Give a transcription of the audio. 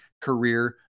career